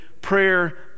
prayer